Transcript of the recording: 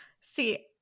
See